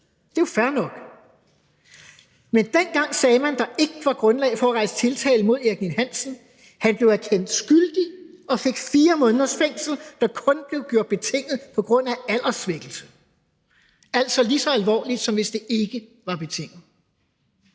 Det er jo fair nok. Men dengang sagde man, at der ikke var grundlag for at rejse tiltale mod Erik Ninn-Hansen. Han blev erkendt skyldig og fik 4 måneders fængsel, der kun blev gjort betinget på grund af alderssvækkelse – altså lige så alvorligt, som hvis det ikke var betinget.